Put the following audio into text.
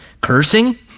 Cursing